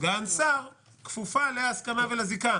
סגן שר כפופה להסכמה ולזיקה".